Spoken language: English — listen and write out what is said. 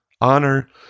honor